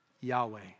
Yahweh